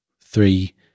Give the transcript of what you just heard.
three